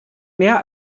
mehr